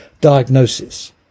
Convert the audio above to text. diagnosis